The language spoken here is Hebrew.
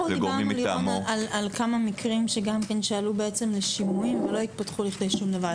דיברנו על כמה מקרים שעלו לשימועים ולא התפתחו לשום דבר.